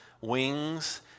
wings